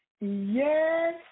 Yes